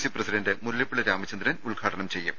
C president Mullappally Ramachandran ഉദ്ഘാടനം ചെയ്യും